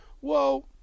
whoa